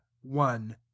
one